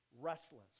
restless